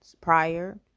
prior